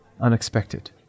unexpected